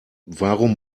warum